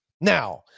Now